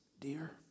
dear